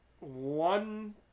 one